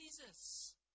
Jesus